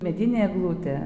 medinė eglutė